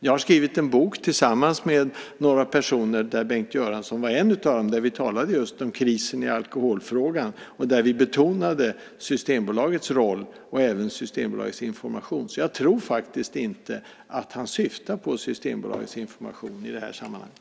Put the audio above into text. Jag har skrivit en bok tillsammans med några personer, Bengt Göransson är en av dem, där vi skriver om krisen i alkoholfrågan och betonar Systembolagets roll och information. Jag tror faktiskt inte att han syftar på Systembolagets information i det här sammanhanget.